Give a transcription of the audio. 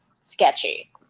sketchy